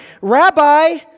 Rabbi